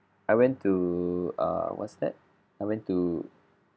I went to err what's that I went to